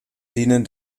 dienen